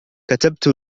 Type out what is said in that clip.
كتبت